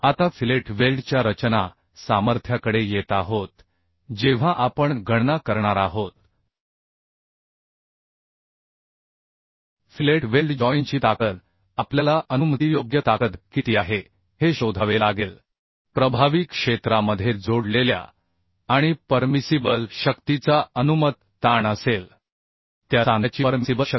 आता fillet weld उहच्या रचना सामर्थ्याकडे येत आहोत जेव्हा आपण गणना करणार आहोत फिलेट वेल्ड जॉइनची ताकद आपल्याला अनुमतीयोग्य ताकद किती आहे हे शोधावे लागेलप्रभावी क्षेत्रामध्ये जोडलेल्या आणि परमिसिबल शक्तीचा अनुमत ताण असेल त्या सांध्याची परमिसिबल शक्ती